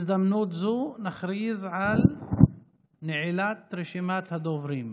בהזדמנות זו נכריז על נעילת רשימת הדוברים.